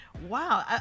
Wow